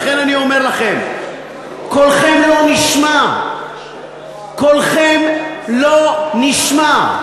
ולכן אני אומר לכם, קולכם לא נשמע, קולכם לא נשמע.